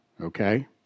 okay